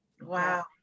wow